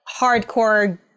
hardcore